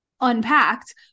unpacked